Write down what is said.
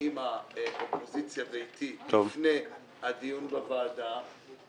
עם האופוזיציה ואתי לפני הדיון בוועדה.